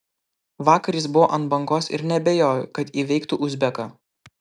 vakar jis buvo ant bangos ir neabejoju kad įveiktų uzbeką